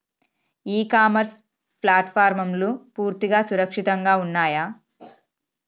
ఇ commerce ప్లాట్ఫారమ్లు పూర్తిగా సురక్షితంగా ఉన్నయా?